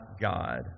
God